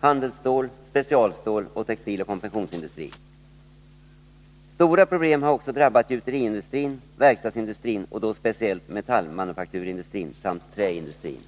handelsstål, specialstål och textiloch konfektionsindustri. Stora problem har också drabbat gjuteriindustrin, verkstadsindustrin och då speciellt metallmanufakturindustrin samt träindustrin.